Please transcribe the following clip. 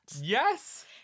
Yes